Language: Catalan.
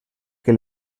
que